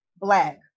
black